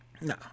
No